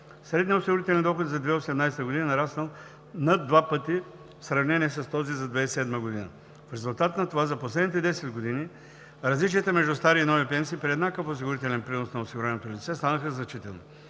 Средният осигурителен доход за 2018 г. е нараснал над два пъти в сравнение с този за 2007 г. В резултат на това за последните 10 години различията между стари и нови пенсии, при еднакъв осигурителен принос на осигуреното лице, станаха значителни.